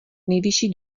nejvyšší